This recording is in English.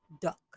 duck